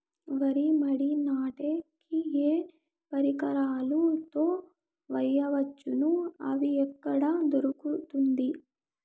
వరి మడి నాటే కి ఏ పరికరాలు తో వేయవచ్చును అవి ఎక్కడ దొరుకుతుంది?